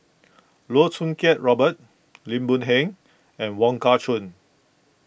Loh Choo Kiat Robert Lim Boon Heng and Wong Kah Chun